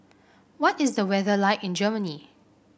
what is the weather like in Germany